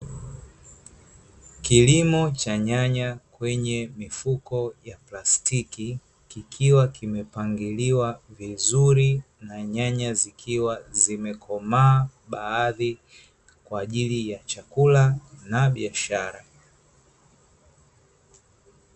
Kilimo cha nyanya kwenye mifuko ya plastiki, kikiwa kimepangiliwa vizuri na nyanya zikiwa zimekomaa baadhi kwa ajili ya chakula na biashara.